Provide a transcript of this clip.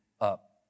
up